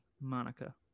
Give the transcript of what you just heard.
Monica